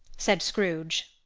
said scrooge.